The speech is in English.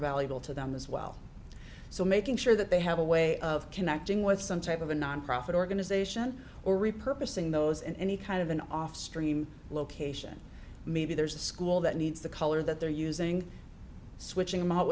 valuable to them as well so making sure that they have a way of connecting with some type of a nonprofit organization or repurchasing those in any kind of an off stream location maybe there's a school that needs the color that they're using switching